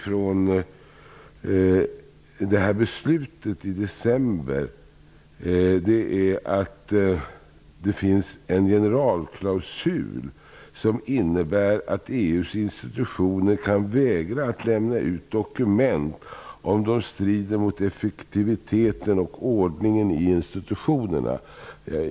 Jag har från beslutet i december noterat att det finns en generalklausul som innebär att EU:s institutioner kan vägra att lämna ut dokument, om de strider mot effektiviteten och ordningen i institutionerna.